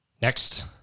Next